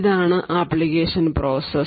ഇതാണ് application process